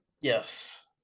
Yes